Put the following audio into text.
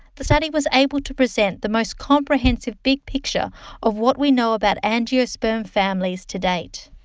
the study was able to present the most comprehensive big picture of what we know about angiosperm families to date.